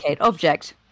object